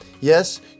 Yes